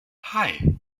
hei